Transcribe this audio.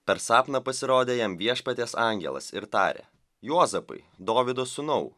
per sapną pasirodė jam viešpaties angelas ir tarė juozapai dovydo sūnau